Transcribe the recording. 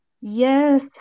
Yes